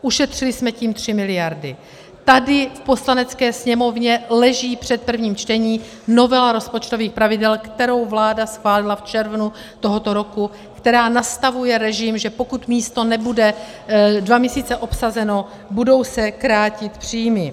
Ušetřili jsme tím 3 mld. Tady v Poslanecké sněmovně leží před prvním čtením novela rozpočtových pravidel, kterou vláda schválila v červnu tohoto roku, která nastavuje režim, že pokud místo nebude dva měsíce obsazeno, budou se krátit příjmy.